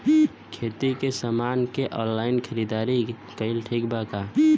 खेती के समान के ऑनलाइन खरीदारी कइल ठीक बा का?